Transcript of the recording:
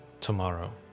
tomorrow